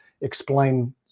explain